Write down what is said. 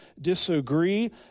disagree